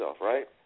right